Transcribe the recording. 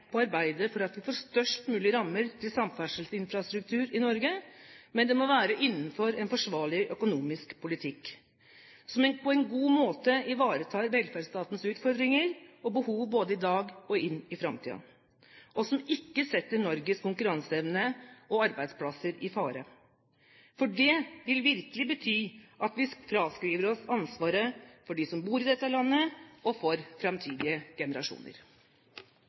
arbeide for at vi får størst mulig rammer til samferdselsinfrastruktur i Norge, men det må være innenfor en forsvarlig økonomisk politikk, som på en god måte ivaretar velferdsstatens utfordringer og behov både i dag og inn i framtiden, og som ikke setter Norges konkurranseevne og arbeidsplasser i fare. For det vil virkelig bety at vi fraskriver oss ansvaret for dem som bor i dette landet, og for framtidige generasjoner.